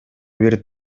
бир